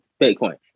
Bitcoin